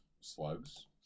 slugs